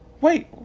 Wait